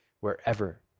wherever